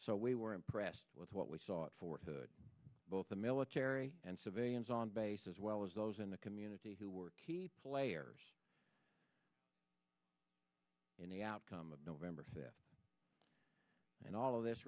so we were impressed with what we saw at fort hood both the military and civilians on base as well as those in the community who were key players in the outcome of november and all of this